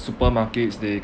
supermarkets they